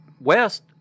West